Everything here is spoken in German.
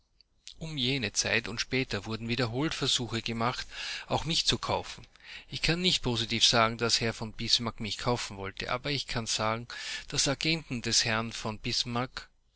um jene zeit und später wurden wiederholt versuche gemacht auch mich zu kaufen ich kann nicht positiv sagen daß herr von bismarck mich kaufen wollte aber ich kann sagen daß agenten des herrn von